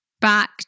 back